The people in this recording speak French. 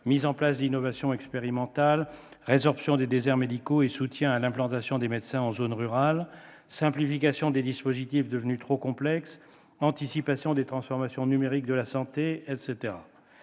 mise en place d'innovations expérimentales, résorption des déserts médicaux et soutien à l'implantation des médecins en zone rurale, simplification des dispositifs devenus trop complexes, anticipation des transformations numériques de la santé, etc.